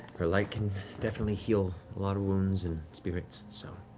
her light can definitely heal a lot of wounds and spirits, so.